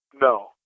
No